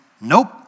nope